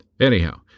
Anyhow